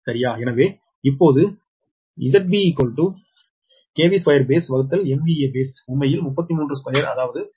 சரியா எனவே இப்போது ZByour 2baseMVA baseஉண்மையில் 332100 அதாவது 10